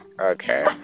Okay